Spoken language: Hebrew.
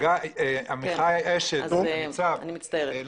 ניצב אשד,